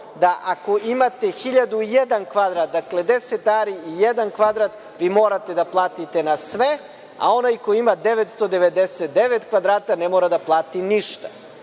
hiljadu i jedan kvadrat, dakle 10 ari i jedan kvadrat vi morate da platite na sve, a onaj ko ima 999 kvadrata ne mora da plati ništa.